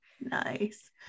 Nice